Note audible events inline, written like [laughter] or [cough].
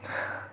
[breath]